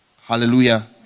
Hallelujah